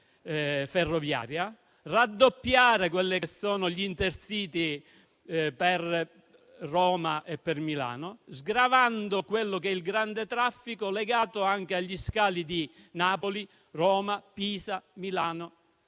raddoppiando gli Intercity per Roma e per Milano, sgravando al contempo il grande traffico legato anche agli scali di Napoli, Roma, Pisa e Milano.